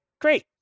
Great